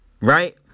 right